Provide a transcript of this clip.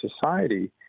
society